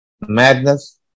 madness